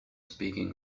speaking